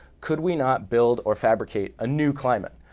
could we not build or fabricate a new climate?